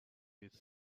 its